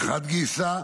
מחד גיסא,